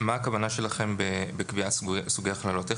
מה הכוונה שלכם בקביעת סוגי הכללות?